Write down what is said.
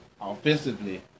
Offensively